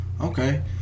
Okay